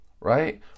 Right